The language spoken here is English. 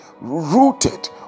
rooted